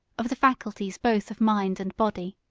of the faculties both of mind and body.